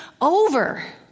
over